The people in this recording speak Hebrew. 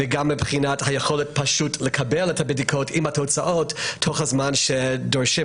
ה-PCR וגם מבחינת היכולת לקבל את הבדיקות עם התוצאות תוך הזמן הנדרש.